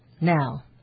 Now